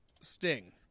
Sting